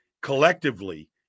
collectively